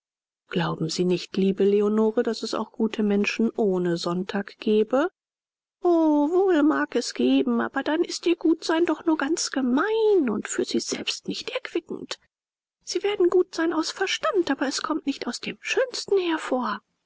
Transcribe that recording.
glauben sie nicht liebe leonore daß es auch gute menschen ohne sonntag gebe o wohl mag es geben aber dann ist ihr gutsein doch nur ganz gemein und für sie selbst nicht erquickend sie werden gut sein aus verstand aber es kommt nicht aus dem schönsten hervor